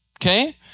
Okay